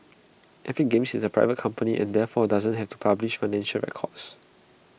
epic games is A private company and therefore doesn't have to publish financial records